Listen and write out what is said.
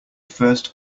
first